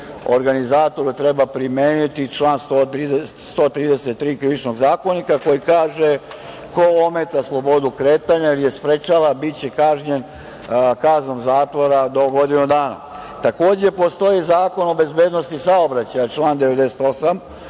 organizatore treba primeniti član 133. Krivičnog zakonika koji kaže - ko ometa slobodu kretanja ili je sprečava biće kažnjen kaznom zatvora do godinu dana. Takođe, postoji i Zakon o bezbednosti saobraćaja član 98.